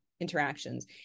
interactions